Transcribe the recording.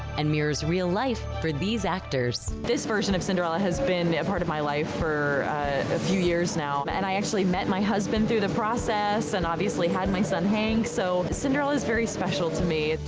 and mirrors real life for these actors. this version of cinderella has been a part of my life for a few years now, um and i actually met my husband through the process and obviously had my son, hank. so cinderella is very special to me.